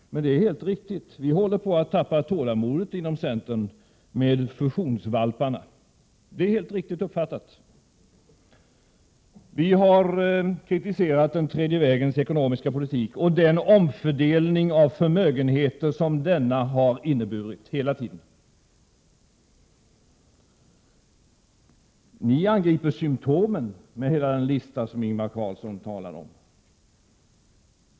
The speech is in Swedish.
Men det är helt riktigt uppfattat att vi inom centern håller på att tappa tålamodet med fusionsvalparna, Vi har kritiserat den tredje vägens ekonomiska politik och den omfördelning av förmögenheter som denna hela tiden har inneburit. Ni angriper symtomen, med hela den lista som Ingvar Carlsson talar om.